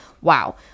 wow